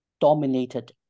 dominated